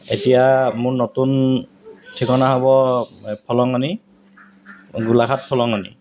এতিয়া মোৰ নতুন ঠিকনা হ'ব এই ফলঙনি গোলাঘাট ফলঙনি